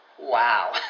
Wow